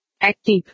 Active